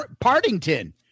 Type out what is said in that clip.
Partington